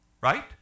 right